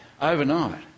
overnight